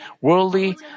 worldly